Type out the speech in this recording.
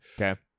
Okay